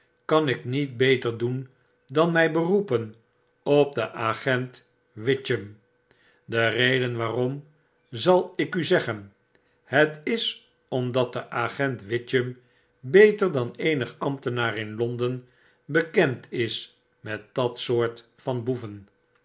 kan ik niet beter doen dan my beroepen op den agent witchem de reden waarom zal ik u zeggen het is omdat de agent witchem beter dan eenig ambtenaar in londen bekend is metdatsoort van boeven